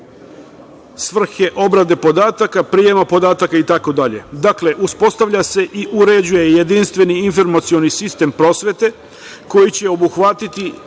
Svrhe obrade podataka, prijema podataka i tako dalje. Dakle, uspostavlja se i uređuje jedinstveni informacioni sistem prosvete koji će obuhvatiti